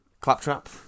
Claptrap